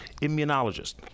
immunologist